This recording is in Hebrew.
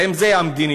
האם זו המדיניות,